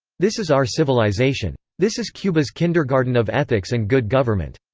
this is our civilization. this is cuba's kindergarten of ethics and good government.